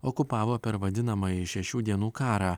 okupavo per vadinamąjį šešių dienų karą